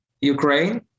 Ukraine